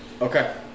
Okay